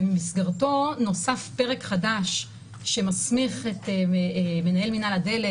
ובמסגרתו נוסף פרק חדש שמסמיך מנהל מינהל הדלק